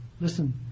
Listen